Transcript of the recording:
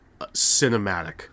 cinematic